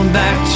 back